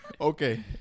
Okay